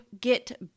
get